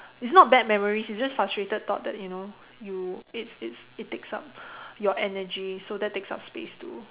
it's not bad memories it's just frustrated thought that you know you it's it's it takes up your energy so that takes up space too